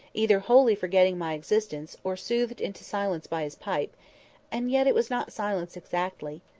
either wholly forgetting my existence, or soothed into silence by his pipe and yet it was not silence exactly.